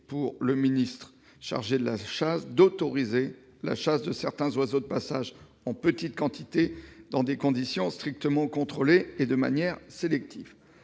pour le ministre chargé de la chasse d'autoriser la chasse de certains oiseaux de passage en petites quantités dans des conditions strictement contrôlées et de manière sélective.